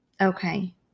Okay